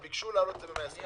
הם ביקשו להעלות את זה ב-120%.